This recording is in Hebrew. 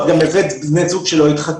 ואת גם הבאת בני זוג שלא התחתנו.